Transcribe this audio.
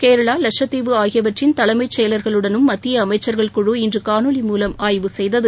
கேரளா லட்சத்தீவு ஆகியவற்றின் தலைமைச் செயலர்களுடனும் மத்தியஅமைச்சர்கள் குழு இன்றுகாணொலி மூலம் ஆய்வு செய்தது